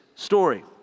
story